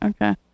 Okay